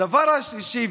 הדבר השלישי,